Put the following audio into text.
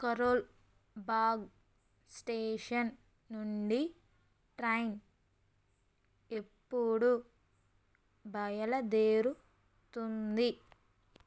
Karol Bagh station నుండి train ఎప్పుడు బయలదేరుతుంది